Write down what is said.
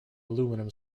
aluminum